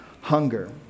hunger